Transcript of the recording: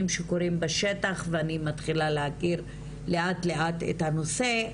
שקורים בשטח ואני מתחילה להכיר לאט לאט את הנושא,